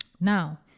now